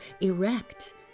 erect